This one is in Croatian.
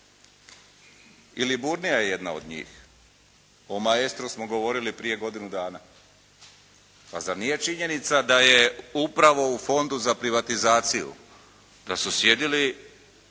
I Liburnija je jedna od njih. O "Maestru" smo govorili prije godinu dana. Pa zar nije činjenica da je upravo u Fondu za privatizaciju kad su sjedili